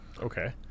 Okay